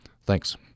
Thanks